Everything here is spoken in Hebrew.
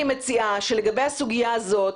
אני מציעה שלגבי הסוגיה הזאת,